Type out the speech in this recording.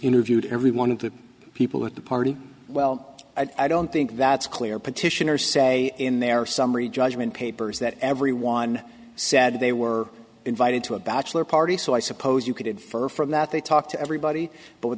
interviewed every one of the people at the party well i don't think that's clear petitioners say in their summary judgment papers that everyone said they were invited to a bachelor party so i suppose you could further from that they talk to everybody but